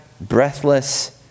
breathless